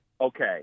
okay